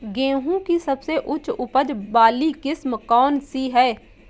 गेहूँ की सबसे उच्च उपज बाली किस्म कौनसी है?